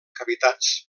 cavitats